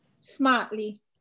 smartly